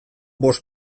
bost